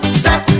step